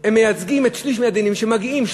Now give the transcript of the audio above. הם מייצגים, את השליש מהדיינים שמגיעים.